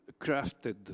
crafted